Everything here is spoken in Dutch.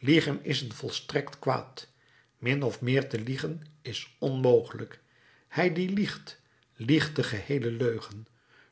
liegen is een volstrekt kwaad min of meer te liegen is onmogelijk hij die liegt liegt de geheele leugen